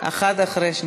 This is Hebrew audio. אחד אחרי השני.